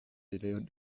délais